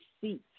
seat